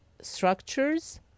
structures